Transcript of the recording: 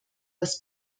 das